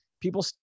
people